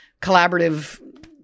collaborative